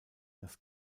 das